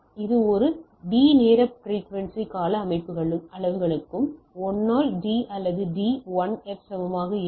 இது ஒவ்வொரு D நேர பிரிக்குவென்சி கால அளவுகளும் 1 ஆல் D அல்லது D 1f சமமாக இருக்கும்